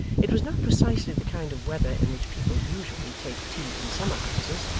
it was not precisely the kind of weather in which people usually take tea in summer-houses,